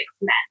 men